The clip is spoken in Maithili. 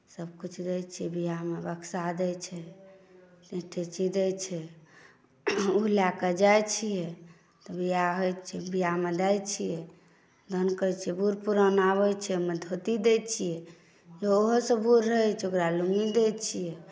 सभकुछ दैत छी ब्याहमे बक्सा दैत छै अटैची दैत छै ओ लए कऽ जाइत छियै तऽ ब्याह होइत छै ब्याहमे दैत छियै बूढ़ पुरान आबैत छै ओहिमे धोती दैत छियै जे ओहोसँ बूढ़ रहैत छै ओकरा लुङ्गी दैत छियै